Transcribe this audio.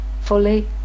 Fully